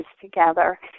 together